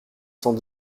cent